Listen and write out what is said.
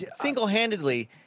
single-handedly